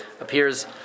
appears